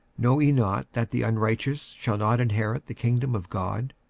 know ye not that the unrighteous shall not inherit the kingdom of god?